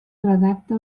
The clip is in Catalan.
redacta